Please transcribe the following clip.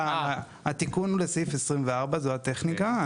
התיקון הוא לסעיף 24. זו הטכניקה.